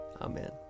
Amen